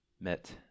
met